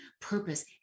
purpose